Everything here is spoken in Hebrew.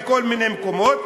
מכל מיני מקומות,